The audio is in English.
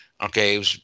Okay